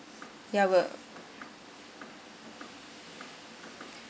ya we're